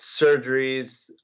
surgeries